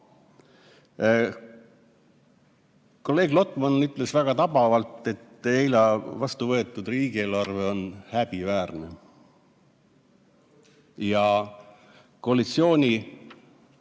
Kolleeg Lotman ütles väga tabavalt, et eile vastu võetud riigieelarve on häbiväärne. Koalitsioonisaadikute,